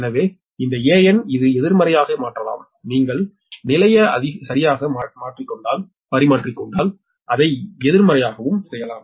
எனவே இந்த an இதை எதிர்மறையாக மாற்றலாம் நீங்கள் நிலையை சரியாக பரிமாறிக்கொண்டால் அதை எதிர்மறையாகவும் செய்யலாம்